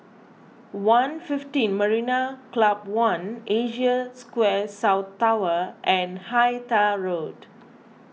one fifteen Marina Club one Asia Square South Tower and Hythe Roads S Sarma